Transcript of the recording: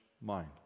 mind